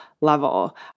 level